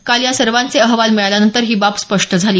काल या सर्वांचे अहवाल मिळाल्यानंतर ही बाब स्पष्ट झाली